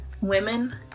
women